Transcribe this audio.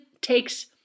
takes